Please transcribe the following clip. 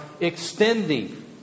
extending